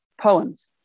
poems